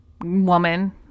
woman